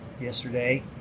yesterday